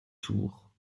tours